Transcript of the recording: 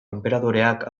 enperadoreak